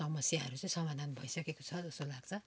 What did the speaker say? समस्याहरू चाहिँ समाधान भइसकेको छ जस्तो लाग्छ